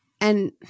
And-